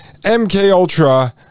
MKUltra